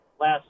last